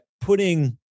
putting